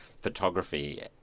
photography